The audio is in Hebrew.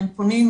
והם פונים.